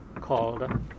called